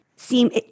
seem